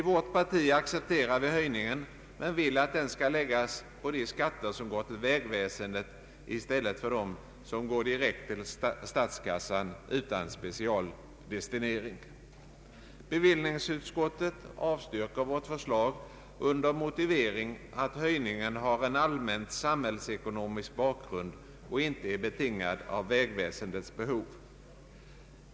Vårt parti accepterar höjningen men vill att den skall läggas på de skatter som går till vägväsendet i stället för på dem som går till statskassan utan specialdestinering. Bevillningsutskottet avstyrker vårt förslag under motivering, att höjningen har en allmän samhällsekonomisk bakgrund och inte är betingad av vägväsendets behov.